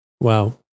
wow